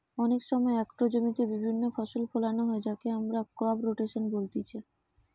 অনেক সময় একটো জমিতে বিভিন্ন ফসল ফোলানো হয় যাকে আমরা ক্রপ রোটেশন বলতিছে